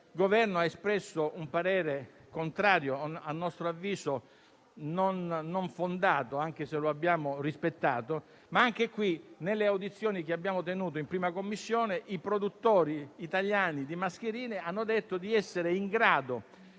il Governo ha espresso un parere contrario a nostro avviso non fondato, anche se lo abbiamo rispettato. Anche in questo caso, nelle audizioni che abbiamo tenuto in 1a Commissione i produttori italiani di mascherine hanno detto di essere in grado